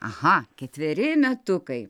aha ketveri metukai